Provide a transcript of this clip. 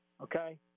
Okay